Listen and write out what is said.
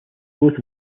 both